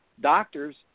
doctors